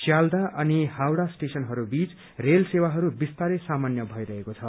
शियाल्दह अनि हाउड़ा स्टेशनहरू बीच रेल सेवाहरू विस्तारै सामान्य भइरहेको छ